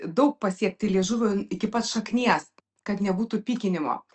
daug pasiekti liežuviu iki pat šaknies kad nebūtų pykinimo